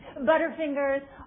Butterfingers